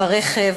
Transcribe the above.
ברכב,